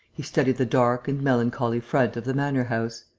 he studied the dark and melancholy front of the manor-house.